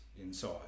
Inside